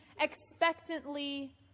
expectantly